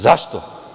Zašto?